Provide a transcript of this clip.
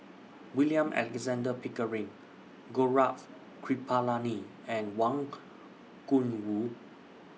William Alexander Pickering Gaurav Kripalani and Wang Gungwu